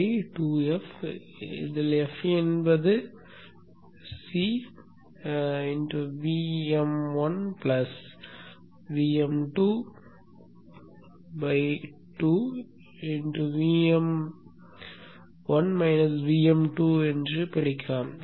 f என்பது இப்போது C Vm1 Vm22 ஆகப் பிரிக்கப்படலாம்